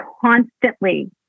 constantly